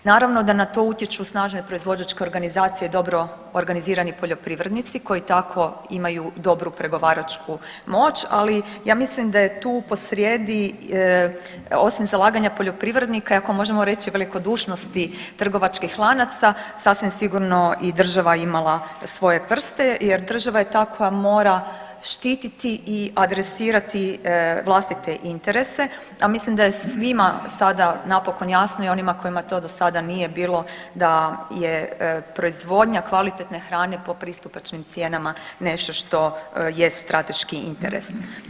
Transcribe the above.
Naravno da na to utječu snažne proizvođačke organizacije, dobro organizirani poljoprivrednici koji tako imaju dobru pregovaračku moć, ali ja mislim da je tu po srijedi osim zalaganja poljoprivrednika ako možemo reći i velikodušnosti trgovačkih lanaca sasvim sigurno imala i svoje prste jer država je ta koja mora štititi i adresirati vlastite interese, a mislim da je svima sada napokon jasno i onima kojima to do sada nije bilo da je proizvodnja kvalitetne hrane po pristupačnim cijenama nešto što jest strateški interes.